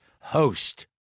host